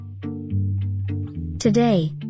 Today